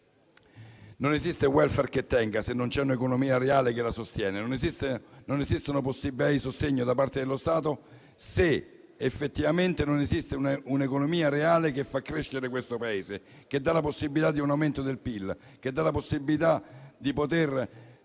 non esiste *welfare* che tenga se non c'è un'economia reale che lo sostiene, non esiste una possibilità di sostegno da parte dello Stato se effettivamente non esiste un'economia reale che fa crescere questo Paese, che dà la possibilità di un aumento del PIL, che dà la possibilità di togliere